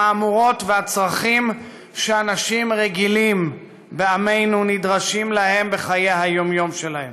המהמורות והצרכים שאנשים רגילים בעמנו נדרשים להם בחיי היום-יום שלהם.